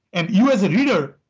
and you as a reader,